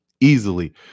easily